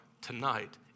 tonight